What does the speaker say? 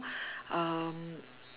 um